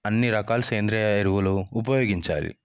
అన్ని రకాల సేంద్రీయ ఎరువులు ఉపయోగించాలి